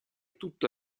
tutta